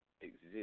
exist